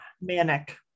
Manic